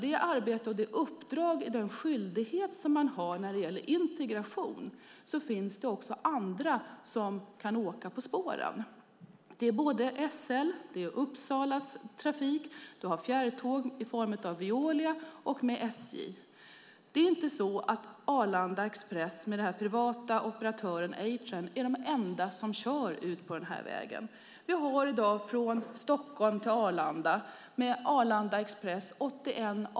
När det handlar om den skyldighet man har i fråga om integration ska man tänka på att andra kan åka på spåren, nämligen SL, Uppsalas trafik, fjärrtåg i form av Veolia samt SJ. Det är inte så att Arlanda Express med den privata operatören A-Train är den enda som kör denna väg. Vi har i dag 81 avgångar dagligen från Stockholm till Arlanda med Arlanda Express.